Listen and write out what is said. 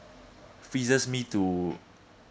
freezes me to